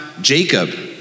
Jacob